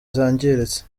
zangiritse